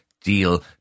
deal